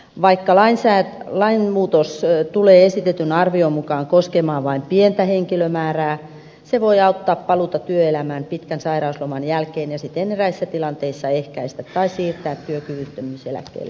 vaikka lainmuutos tulee esitetyn arvion mukaan koskemaan vain pientä henkilömäärää se voi auttaa paluuta työelämään pitkän sairausloman jälkeen ja siten eräissä tilanteissa ehkäistä tai siirtää työkyvyttö myyseläkkeelle hakeutumista